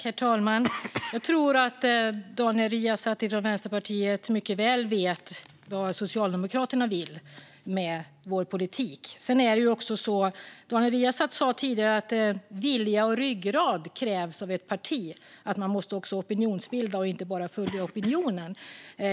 Herr talman! Jag tror att Daniel Riazat från Vänsterpartiet mycket väl vet vad vi i Socialdemokraterna vill med vår politik. Daniel Riazat sa tidigare att det krävs vilja och ryggrad av ett parti och att man måste opinionsbilda och inte bara följa opinionen.